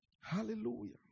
Hallelujah